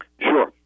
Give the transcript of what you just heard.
Sure